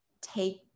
take